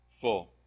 Full